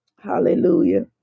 hallelujah